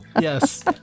Yes